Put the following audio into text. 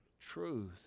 truth